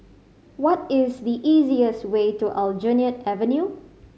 what is the easiest way to Aljunied Avenue